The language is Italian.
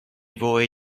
voi